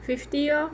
fifty lor